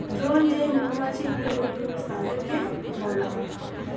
drone যেই মৌমাছিগুলো, পুরুষ তাদেরকে বলা হয়